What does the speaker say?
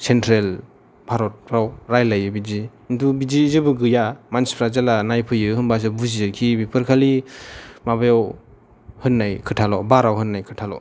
central भारतफ्राव रालायो बिदि खिन्थु बिदि जेबो गैया मानसिफ्रा जेला नायफैयो होनबासो बुजियो खि बेफोर खालि माबायाव होननाय खोथाल' बाराव होननाय खोथाल'